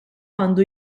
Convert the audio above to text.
għandu